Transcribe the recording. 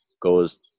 goes